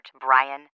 Brian